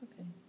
Okay